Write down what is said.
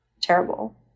terrible